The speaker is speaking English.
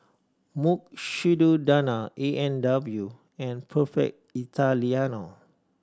Mukshidonna A and W and Perfect Italiano